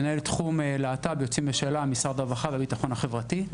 מנהל תחום להט"ב ויוצאים בשאלה במשרד הרווחה והביטחון החברתי.